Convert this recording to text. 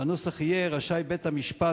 והנוסח יהיה: רשאי בית-המשפט,